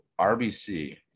RBC